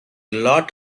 lot